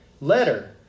letter